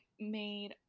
made